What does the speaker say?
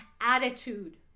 attitude